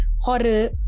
horror